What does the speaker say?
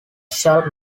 shall